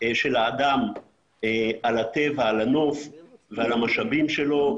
של האדם על הטבע, על הנוף ועל המשאבים שלו.